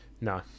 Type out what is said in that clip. No